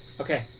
Okay